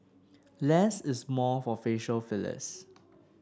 less is more for facial fillers